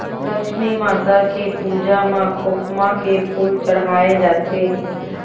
लक्छमी माता के पूजा म खोखमा के फूल चड़हाय जाथे